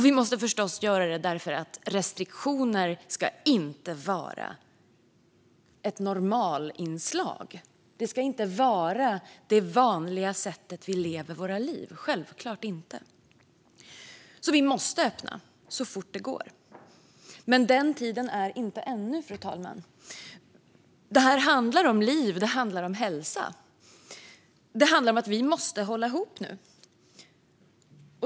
Vi måste förstås göra det därför att restriktioner inte ska vara ett normalinslag. Det ska inte vara det vanliga sättet vi lever våra liv på - självklart inte. Vi måste öppna så fort det går. Men den tiden är inte här än, fru talman. Detta handlar om liv och hälsa. Det handlar om att vi måste hålla ihop nu.